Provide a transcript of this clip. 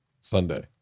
Sunday